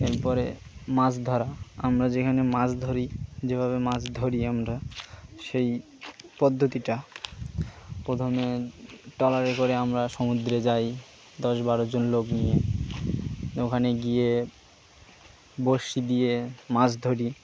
এরপরে মাছ ধরা আমরা যেখানে মাছ ধরি যেভাবে মাছ ধরি আমরা সেই পদ্ধতিটা প্রথমে ট্রলারে করে আমরা সমুদ্রে যাই দশ বারোজন লোক নিয়ে ওখানে গিয়ে বসি দিয়ে মাছ ধরি